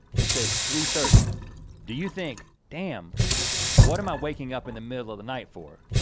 it says three thirty do you think, damn what i'm i waking up in the middle of the night for?